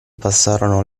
passarono